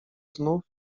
znów